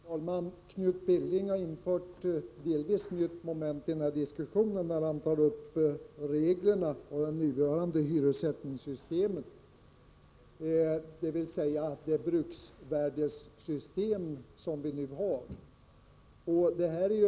Herr talman! Knut Billing inför ett delvis nytt moment i den här diskussionen, när han tar upp reglerna för det nuvarande hyressättningssystemet, dvs. det bruksvärdessystem som vi nu har.